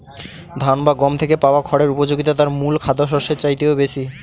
ধান বা গম থেকে পাওয়া খড়ের উপযোগিতা তার মূল খাদ্যশস্যের চাইতেও বেশি